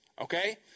Okay